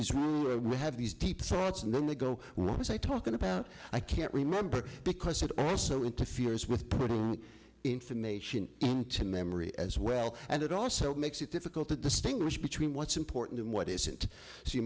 history we have these deep thoughts and then we go what was i talking about i can't remember because it and so interferes with putting information into memory as well and it also makes it difficult to distinguish between what's important and what isn't s